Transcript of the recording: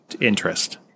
interest